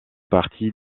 partie